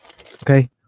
Okay